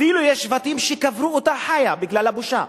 אפילו יש שבטים שקברו אותה חיה בגלל הבושה,